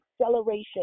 acceleration